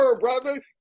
brother